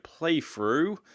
playthrough